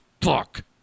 Fuck